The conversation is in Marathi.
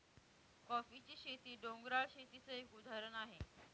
कॉफीची शेती, डोंगराळ शेतीच एक उदाहरण आहे